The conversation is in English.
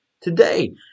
today